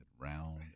round